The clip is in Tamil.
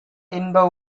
இன்ப